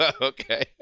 Okay